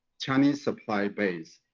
chinese supply base.